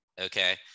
okay